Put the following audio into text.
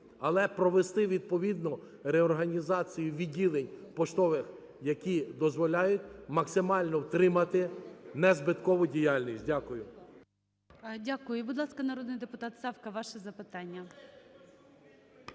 але провести відповідну реорганізацію відділень поштових, які дозволяють максимально втримати незбиткову діяльність. Дякую. ГОЛОВУЮЧИЙ. Дякую. Будь ласка, народний депутат Савка, ваше запитання.